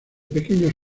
pequeños